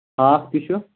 ہاکھ تہِ چھُ